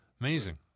Amazing